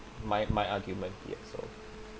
my my argument yeah so